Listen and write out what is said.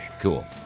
Cool